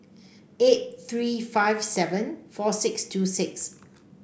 eight three five seven four six two six